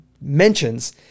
mentions